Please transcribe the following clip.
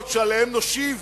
שעליהם נושיב